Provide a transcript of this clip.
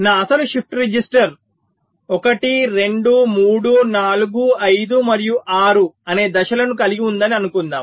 నా అసలు shift register 1 2 3 4 5 మరియు 6 అనే దశలను కలిగి ఉందని అనుకుందాం